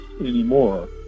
anymore